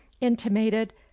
intimated